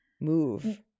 move